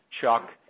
Chuck